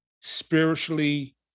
spiritually